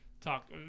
talk